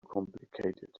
complicated